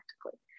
practically